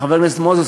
חבר הכנסת מוזס,